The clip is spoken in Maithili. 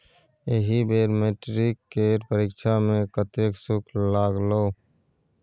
एहि बेर मैट्रिक केर परीक्षा मे कतेक शुल्क लागलौ?